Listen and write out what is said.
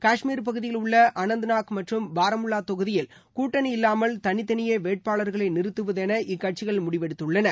காஷ்மீர் பகுதியில் உள்ள அனந்தநாக் மற்றும் பாராமுள்ளா தொகுதியில் கூட்டணி இல்லாமல் தனித்தனியே வேட்பாளா்களை நிறுத்துவதென இக்கட்சிகள் முடிவெடுத்துள்ளன